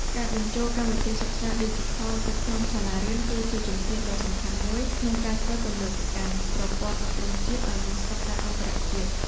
ការបញ្ចូលកម្មវិធីសិក្សាឌីជីថលទៅក្នុងសាលារៀន គឺជាជំហានដ៏សំខាន់មួយក្នុងការធ្វើទំនើបកម្មប្រព័ន្ធអប់រំជាតិឱ្យមានស្តង់ដារអន្តរជាតិ។